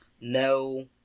No